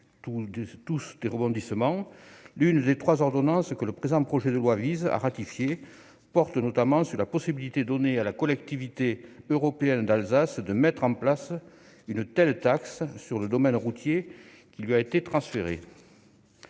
oublié les rebondissements, l'une des trois ordonnances que le présent projet de loi vise à ratifier porte notamment sur la possibilité donnée à la Collectivité européenne d'Alsace de mettre en place une telle taxe sur le domaine routier qui lui a été transféré.